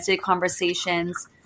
conversations